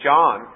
John